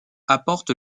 apporte